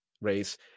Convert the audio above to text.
race